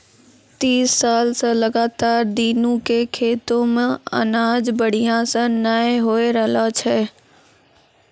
तीस साल स लगातार दीनू के खेतो मॅ अनाज बढ़िया स नय होय रहॅलो छै